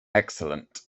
excellent